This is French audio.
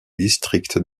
districts